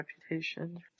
reputation